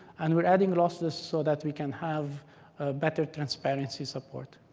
and we're adding lossless so that we can have better transparency support.